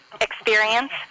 experience